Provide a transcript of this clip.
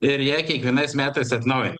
ir ją kiekvienais metais atnaujina